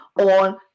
on